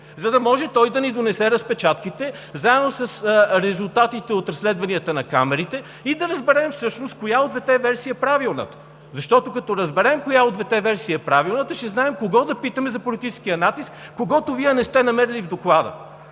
за да може той да ни донесе разпечатките заедно с резултатите от разследванията на камерите и да разберем всъщност коя от двете версии е правилната. Като разберем коя от двете версии е правилната, ще знаем кого да питаме за политическия натиск, какъвто Вие не сте намерили в Доклада.